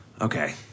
Okay